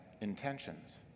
intentions